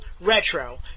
retro